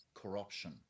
corruption